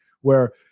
where-